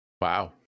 Wow